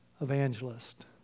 evangelist